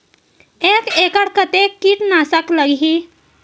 एक एकड़ कतेक किट नाशक लगही?